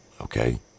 Okay